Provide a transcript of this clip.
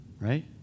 right